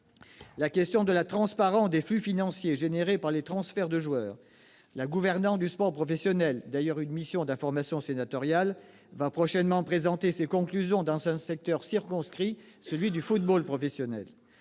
plus loin sur la transparence des flux financiers générés par les transferts de joueurs et sur la gouvernance du sport professionnel. À cet égard, une mission d'information sénatoriale présentera prochainement ses conclusions dans un secteur circonscrit, celui du football professionnel.